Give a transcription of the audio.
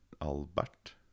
albert